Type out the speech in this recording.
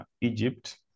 Egypt